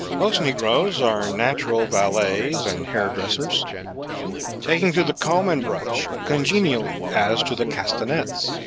most negroes are natural valets and hair-dressers taking to the comb and brush congenially as to the castinets,